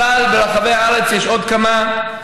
וברחבי הארץ יש עוד כמה,